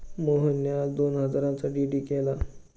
मोहनने आज दोन हजारांचा डी.डी केला